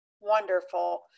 Wonderful